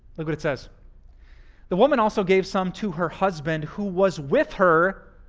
look what it says the woman also gave some to her husband who was with her